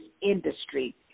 industry